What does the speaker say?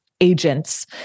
Agents